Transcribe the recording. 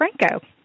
Franco